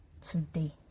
today